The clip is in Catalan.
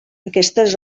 aquestes